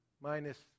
minus